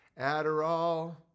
Adderall